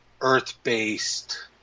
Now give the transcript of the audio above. earth-based